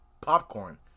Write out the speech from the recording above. popcorn